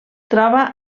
troba